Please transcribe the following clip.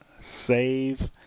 Save